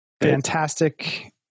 Fantastic